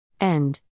End